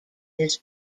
this